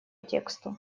тексту